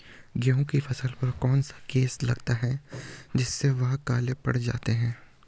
गेहूँ की फसल पर कौन सा केस लगता है जिससे वह काले पड़ जाते हैं?